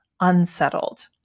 unsettled